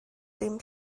dim